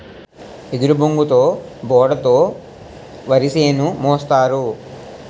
ఎదురుబొంగుతో బోడ తో వరిసేను మోస్తారు